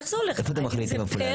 איך אתם מחליטים איפה להקים?